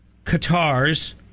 Qatar's